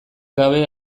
gabe